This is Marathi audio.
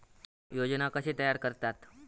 योजना कशे तयार करतात?